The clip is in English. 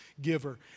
giver